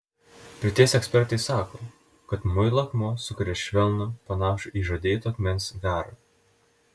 pirties ekspertai sako kad muilo akmuo sukuria švelnų panašų į žadeito akmens garą